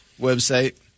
website